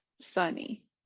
sunny